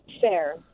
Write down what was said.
fair